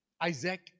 Isaac